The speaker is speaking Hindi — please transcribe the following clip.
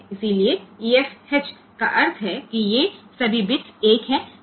इसलिए EFH का अर्थ है कि ये सभी बिट्स 1 हैं